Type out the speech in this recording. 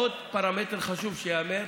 עוד פרמטר חשוב שייאמר: